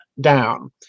down